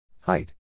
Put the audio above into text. Height